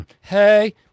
hey